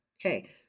Okay